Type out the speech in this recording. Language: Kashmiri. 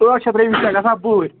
ٲٹھ شیٚتھ رۄپیہِ چھےٚ گژھان بُہٕرۍ